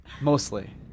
mostly